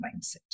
mindset